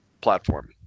platform